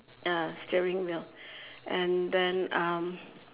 uh steering wheel and then um